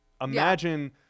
Imagine